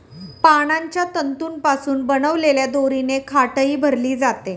पानांच्या तंतूंपासून बनवलेल्या दोरीने खाटही भरली जाते